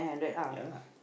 ya lah